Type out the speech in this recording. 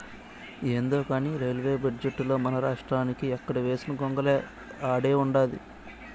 యాందో కానీ రైల్వే బడ్జెటుల మనరాష్ట్రానికి ఎక్కడ వేసిన గొంగలి ఆడే ఉండాది